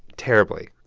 terribly